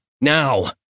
now